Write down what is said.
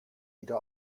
wieder